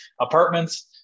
apartments